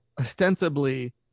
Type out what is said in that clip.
ostensibly